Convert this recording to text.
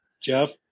Jeff